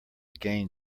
gain